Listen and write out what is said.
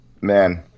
Man